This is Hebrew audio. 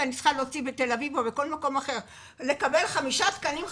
אם אני צריכה לקבל בתל אביב או בכל מקום אחר חמישה תקנים חדשים,